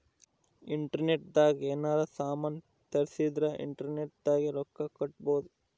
internet ದಾಗ ಯೆನಾರ ಸಾಮನ್ ತರ್ಸಿದರ ಇಂಟರ್ನೆಟ್ ದಾಗೆ ರೊಕ್ಕ ಕಟ್ಬೋದು